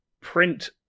print